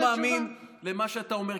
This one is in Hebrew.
כי אני כבר לא מאמין למה שאתה אומר,